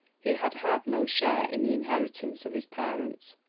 he had had no share in the inheritance of his parents.